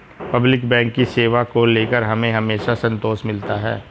public bank की सेवा को लेकर हमें हमेशा संतोष मिलता है